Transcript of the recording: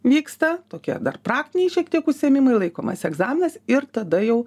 vyksta tokie dar praktiniai šiek tiek užsiėmimai laikomas egzaminas ir tada jau